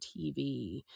TV